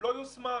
לא יושמה,